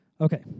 Okay